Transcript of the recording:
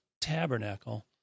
tabernacle